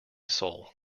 soul